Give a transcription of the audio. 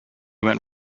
went